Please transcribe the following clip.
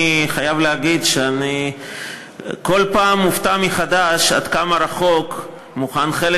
אני חייב להגיד שאני בכל פעם מופתע מחדש עד כמה רחוק מוכן חלק